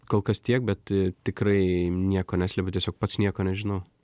kol kas tiek bet tikrai nieko neslepiu tiesiog pats nieko nežinau